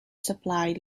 supply